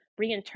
reinterpret